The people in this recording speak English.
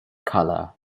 color